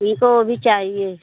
तो अभी चाहिए